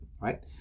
right